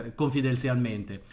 confidenzialmente